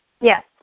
Yes